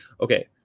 Okay